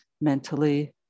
mentally